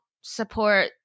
support